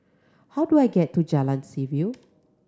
how do I get to Jalan Seaview